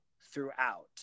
throughout